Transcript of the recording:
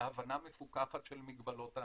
בהבנה מפוקחת של מגבלות הטכנולוגיה.